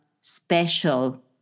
special